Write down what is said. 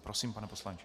Prosím, pane poslanče.